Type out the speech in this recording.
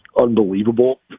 unbelievable